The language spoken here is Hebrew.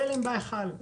צלם בהיכל.